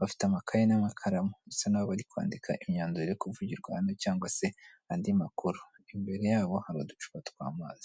bafite amakaye n'amakaramu. Bisa n'aho bari kwandika imyanzuro iri kuvugirwa hano cyangwa se andi makuru, imbere yabo hari uducupa tw'amazi.